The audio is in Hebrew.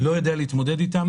והוא לא יודע להתמודד איתו,